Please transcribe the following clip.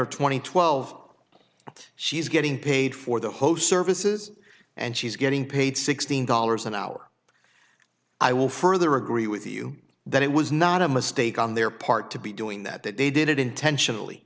or twenty twelve she's getting paid for the host services and she's getting paid sixteen dollars an hour i will further agree with you that it was not a mistake on their part to be doing that that they did it intentionally